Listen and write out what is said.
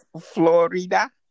Florida